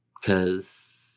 Cause